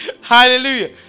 hallelujah